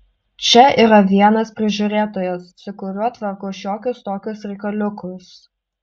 čia yra vienas prižiūrėtojas su kuriuo tvarkau šiokius tokius reikaliukus